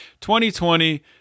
2020